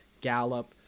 Gallup